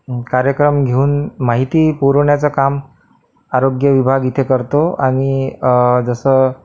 कार्यक्रम घेऊन माहिती पुरवण्याचं काम आरोग्य विभाग इथे करतो आणि जसं